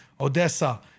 Odessa